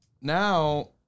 now